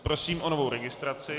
Prosím o novou registraci.